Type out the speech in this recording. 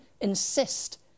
insist